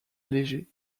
léger